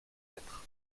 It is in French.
mètres